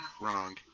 wrong